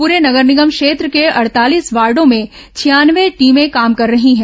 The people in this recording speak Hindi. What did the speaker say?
पूरे नगर निगम क्षेत्र के अड़तालीस वार्डों में छियानवे टीमें काम कर रही हैं